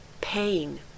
pain